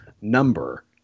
number